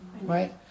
Right